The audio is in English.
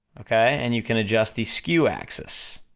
okay, and you can adjust the skew axis.